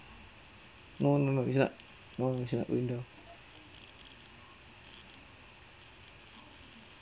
no no no it's no it's not window